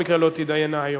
בכל מקרה, הן לא יידונו היום.